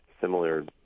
similar